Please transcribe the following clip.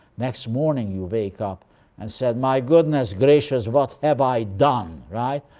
next morning you wake up and said, my goodness gracious, what have i done? right?